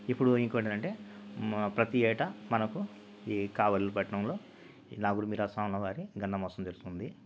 ఇప్పుడు ఇంకోటేంటంటే మ ప్రతీ ఏటా మనకు ఈ కావలి పట్టణంలో ఈ నాగూర్ మీరా స్వాములవారి గంధమోసం దర్శనం ఉంది